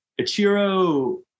Ichiro